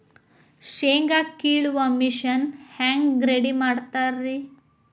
ಶೇಂಗಾ ಕೇಳುವ ಮಿಷನ್ ಹೆಂಗ್ ರೆಡಿ ಮಾಡತಾರ ರಿ?